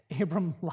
Abram